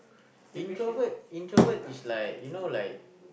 introvert introvert is like you know like